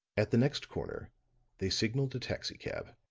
at the next corner they signaled a taxicab,